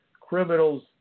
criminals